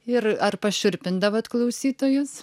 ir ar pašiurpindavot klausytojus